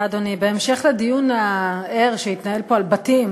תודה, אדוני, בהמשך לדיון הער שהתנהל פה על בתים